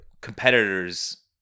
competitors